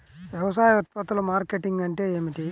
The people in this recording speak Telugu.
వ్యవసాయ ఉత్పత్తుల మార్కెటింగ్ అంటే ఏమిటి?